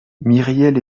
myriel